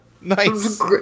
Nice